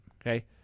Okay